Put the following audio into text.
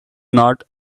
not